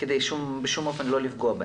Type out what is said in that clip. כדי שלא לפגוע בהם.